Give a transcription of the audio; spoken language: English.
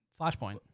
Flashpoint